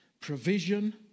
provision